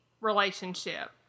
relationship